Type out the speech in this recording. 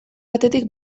batetik